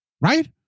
right